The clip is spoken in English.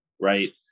right